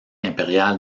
impériale